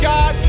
God